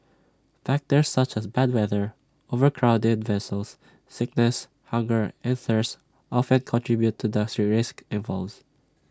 factors such as bad weather overcrowded vessels sickness hunger and thirst often contribute to the risks involves